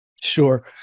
Sure